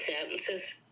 sentences